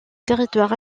territoire